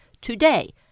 today